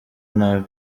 nabi